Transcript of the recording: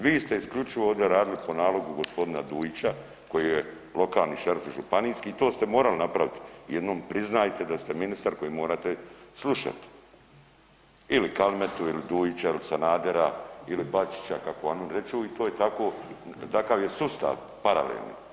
Vi ste isključivo ovde radili po nalogu gospodina Dujića koji je lokalni šerif županijski i to ste morali napraviti, jednom priznajte da ste ministar koji morate slušat ili Kalmetu ili Dujića ili Sandera ili Bačića kako oni reću i to je tako, takav je sustav paralelni.